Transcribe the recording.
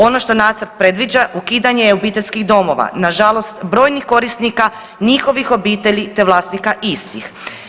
Ono što nacrt predviđa ukidanje je obiteljskih domova na žalost brojnih korisnika, njih obitelji te vlasnika istih.